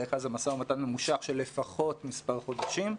בדרך כלל זה משא-ומתן ממושך של לפחות מספר חודשים,